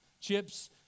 Chips